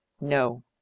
No